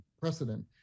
precedent